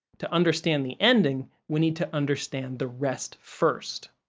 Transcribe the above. to understand the ending, we need to understand the rest first.